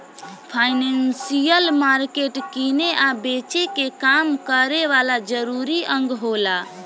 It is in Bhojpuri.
फाइनेंसियल मार्केट किने आ बेचे के काम करे वाला जरूरी अंग होला